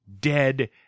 dead